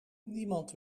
niemand